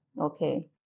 Okay